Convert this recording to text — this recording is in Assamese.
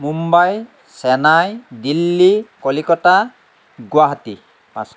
মুম্বাই চেন্নাই দিল্লী কলিকতা গুৱাহাটী